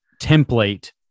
template